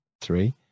three